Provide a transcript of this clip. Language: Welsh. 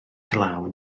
glaw